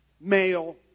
male